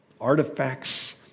artifacts